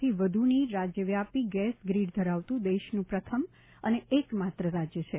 થી વધુની રાજ્યવ્યાપી ગેસ ગ્રીડ ધરાવતું દેશનું પ્રથમ અને એકમાત્ર રાજ્ય છે